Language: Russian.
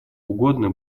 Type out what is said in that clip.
угодно